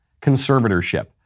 conservatorship